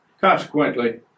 consequently